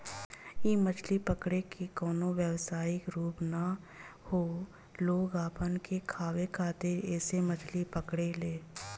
इ मछली पकड़े के कवनो व्यवसायिक रूप ना ह लोग अपना के खाए खातिर ऐइसे मछली पकड़े ले